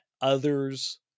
others